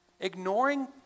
Ignoring